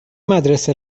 مدرسه